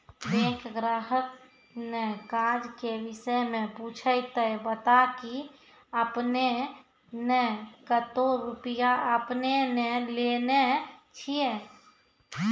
Bank ग्राहक ने काज के विषय मे पुछे ते बता की आपने ने कतो रुपिया आपने ने लेने छिए?